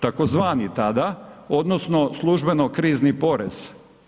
Tzv. tada odnosno službeno krizni porez.